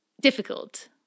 Difficult